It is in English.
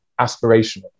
aspirational